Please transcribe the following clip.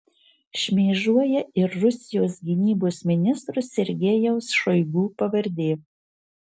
šmėžuoja ir rusijos gynybos ministro sergejaus šoigu pavardė